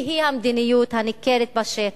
היא היא המדיניות הניכרת בשטח.